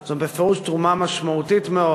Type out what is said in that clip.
זה בפירוש תרומה משמעותית מאוד